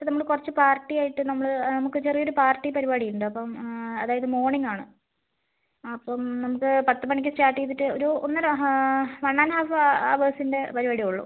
അത് നമ്മൾ കുറച്ച് പാർട്ടി ആയിട്ട് നമ്മൾ നമുക്ക് ചെറിയ ഒരു പാർട്ടി പരിപാടി ഉണ്ട് അപ്പം അതായത് മോർണിംഗ് ആണ് അപ്പം നമുക്ക് പത്ത് മണിക്ക് സ്റ്റാർട്ട് ചെയ്തിട്ട് ഒരു ഒന്നര വൺ ആൻഡ് ഹാഫ് ഹവേഴ്സിൻ്റെ പരിപാടിയെ ഉള്ളൂ